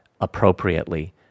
appropriately